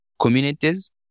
communities